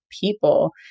people